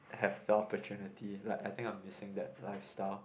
I have lot of opportunity like I think missing that lifestyle